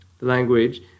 language